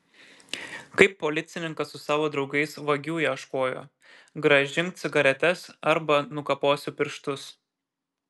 kaip policininkas su savo draugais vagių ieškojo grąžink cigaretes arba nukaposiu pirštus